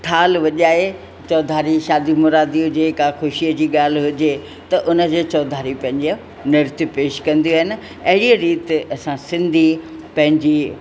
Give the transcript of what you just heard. थाल्हि वॼाए चौधारी शादी मुरादीअ जी का ख़ुशीअ जी ॻाल्हि हुजे त उन जे चौधारी पंहिंजो नृत्य पेश कंदियूं आहिनि अहिड़ीअ रीति असां सिंधी पंहिंजी